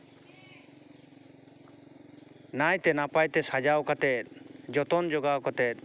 ᱱᱟᱭᱛᱮ ᱱᱟᱯᱟᱭᱛᱮ ᱥᱟᱡᱟᱣ ᱠᱟᱛᱮ ᱡᱚᱛᱚᱱ ᱡᱚᱜᱟᱣ ᱠᱟᱛᱮᱫ